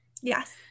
Yes